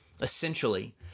Essentially